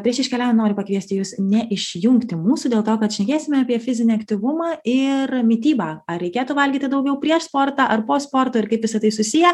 prieš iškeliaujant noriu pakviesti jus neišjungti mūsų dėl to kad šnekėsime apie fizinį aktyvumą ir mitybą ar reikėtų valgyti daugiau prieš sportą ar po sporto ir kaip visa tai susiję